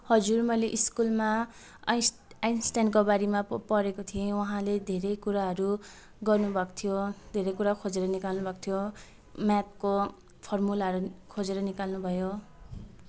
हजुर मैले स्कुलमा आइन्स् आइन्स्टाइनको बारेमा प पढेको थिएँ उहाँले धेरै कुराहरू गर्नु भएको थियो धेरै कुरा खोजेर निकाल्नु भएको थियो म्याथको फोर्मुलाहरू खोजेर निकाल्नु भयो